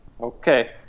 Okay